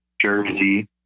Jersey